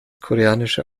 koreanische